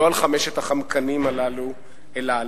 לא על חמשת החמקנים הללו, אלא עלינו.